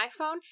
iPhone